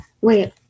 wait